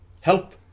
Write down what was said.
Help